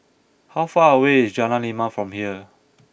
how far away is Jalan Lima from here